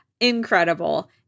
incredible